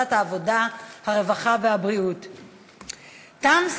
לוועדת העבודה, הרווחה והבריאות נתקבלה.